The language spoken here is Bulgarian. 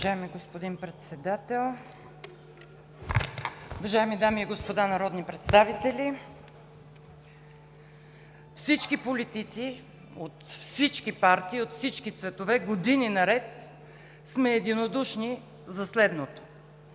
Уважаеми господин Председател, уважаеми дами и господа народни представители! Всички политици от всички партии и от всички цветове години наред сме единодушни за следното: